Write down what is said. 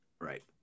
Right